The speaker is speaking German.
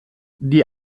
die